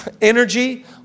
Energy